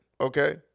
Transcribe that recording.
okay